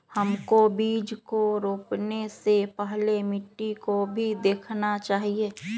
हमको बीज को रोपने से पहले मिट्टी को भी देखना चाहिए?